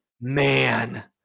man